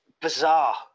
Bizarre